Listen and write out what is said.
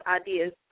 ideas